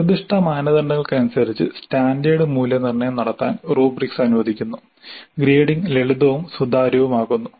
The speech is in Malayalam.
നിർദ്ദിഷ്ട മാനദണ്ഡങ്ങൾക്കനുസരിച്ച് സ്റ്റാൻഡേർഡ് മൂല്യനിർണ്ണയം നടത്താൻ റുബ്രിക്സ് അനുവദിക്കുന്നു ഗ്രേഡിംഗ് ലളിതവും സുതാര്യവുമാക്കുന്നു